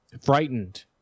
frightened